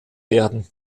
werden